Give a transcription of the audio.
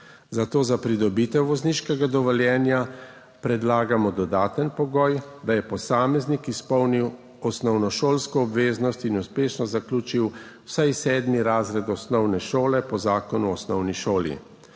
zato za pridobitev vozniškega dovoljenja predlagamo dodaten pogoj, da je posameznik izpolnil osnovnošolsko obveznost in uspešno zaključil vsaj sedmi razred osnovne šole po Zakonu o osnovni šoli.